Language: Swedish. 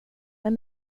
med